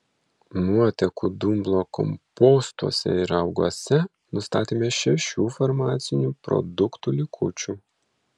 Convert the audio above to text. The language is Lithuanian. nuotekų dumblo kompostuose ir rauguose nustatėme šešių farmacinių produktų likučių